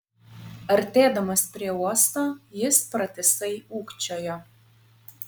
artėdamas prie uosto jis pratisai ūkčiojo